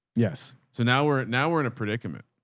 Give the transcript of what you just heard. yes. so now we're at now we're in a predicament.